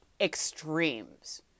extremes